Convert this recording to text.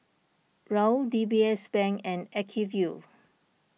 Raoul D B S Bank and Acuvue